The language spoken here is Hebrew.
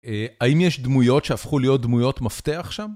האם יש דמויות שהפכו להיות דמויות מפתח שם?